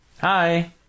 Hi